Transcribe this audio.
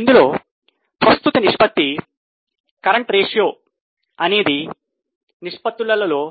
ఇందులో ప్రస్తుత నిష్పత్తి అన్ని నిష్పత్తుల్లో